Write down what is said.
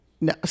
No